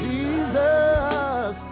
Jesus